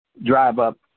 drive-up